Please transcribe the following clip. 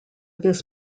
this